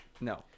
No